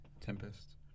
Tempest